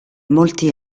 molti